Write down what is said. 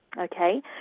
Okay